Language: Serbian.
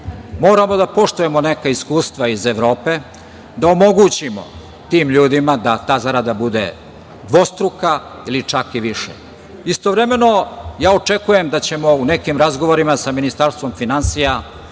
Moramo da poštujemo neka iskustva iz Evrope, da omogućimo tim ljudima da ta zarada bude dvostruka ili čak i više. Istovremeno, očekujem da ćemo u nekim razgovorima sa Ministarstvom finansija